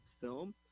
film